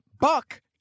Buck